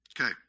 Okay